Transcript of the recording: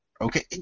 Okay